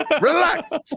Relax